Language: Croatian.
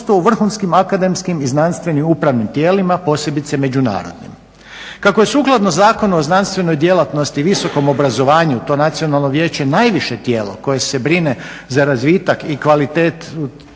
vrhunskim akademskim i znanstvenim upravnim tijelima, posebice međunarodnim. Kako je sukladno Zakonu o znanstvenoj djelatnosti, visokom obrazovanju to Nacionalno vijeće najviše tijelo koje se brine za razvitak i kvalitetu cjelokupne